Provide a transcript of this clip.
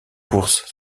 courses